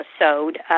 episode